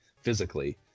physically